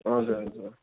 हजुर हजुर अँ